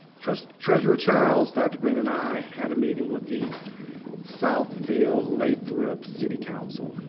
treasurer treasurer charles, dr. green, and i had a meeting with the southfield-lathrup city council.